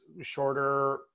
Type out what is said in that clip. shorter